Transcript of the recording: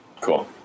Cool